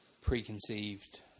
preconceived